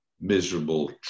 miserable